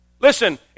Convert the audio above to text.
Listen